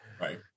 Right